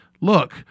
look